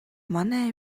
манай